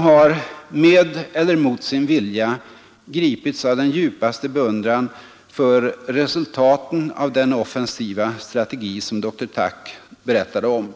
har — med eller mot sin vilja — gripits av den djupaste beundran för resultaten av den offensiva strategi som dr Thach berättade om.